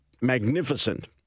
magnificent